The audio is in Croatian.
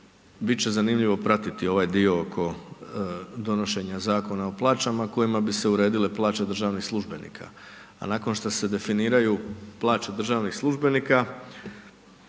će zanimljivo pratiti ovaj dio oko donošenje Zakona o plaćama kojima bi se uredile plaće državnih službenika, a nakon što se definiraju plaće državnih službenika,